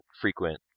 frequent